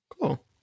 Cool